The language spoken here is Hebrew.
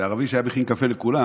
והערבי שהיה מכין קפה לכולם,